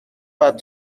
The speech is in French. pas